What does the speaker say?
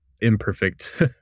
imperfect